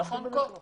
נכון.